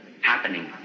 happening